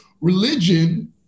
religion